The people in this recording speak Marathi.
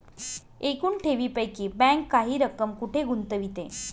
एकूण ठेवींपैकी बँक काही रक्कम कुठे गुंतविते?